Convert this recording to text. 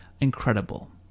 incredible